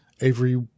Avery